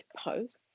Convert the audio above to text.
post